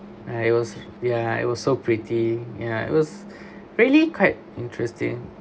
ya it was ya it was so pretty ya it was really quite interesting